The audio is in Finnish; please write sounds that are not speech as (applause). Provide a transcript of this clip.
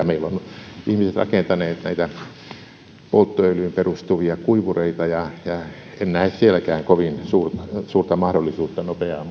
(unintelligible) meillä ovat ihmiset rakentaneet näitä polttoöljyyn perustuvia kuivureita enkä näe sielläkään kovin suurta suurta mahdollisuutta nopeaan (unintelligible)